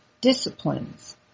disciplines